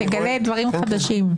תגלה דברים חדשים.